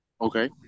Okay